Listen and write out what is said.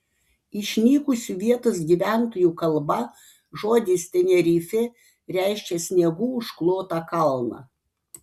išnykusių vietos gyventojų kalba žodis tenerifė reiškia sniegu užklotą kalną